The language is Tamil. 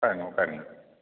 உட்காருங்க உட்காருங்க